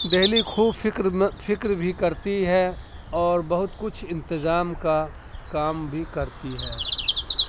دہلی خوب فکر فکر بھی کرتی ہے اور بہت کچھ انتظام کا کام بھی کرتی ہے